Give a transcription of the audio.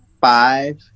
five